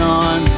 on